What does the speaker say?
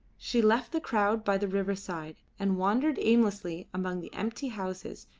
she left the crowd by the riverside, and wandered aimlessly among the empty houses,